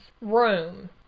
room